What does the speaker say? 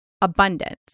abundance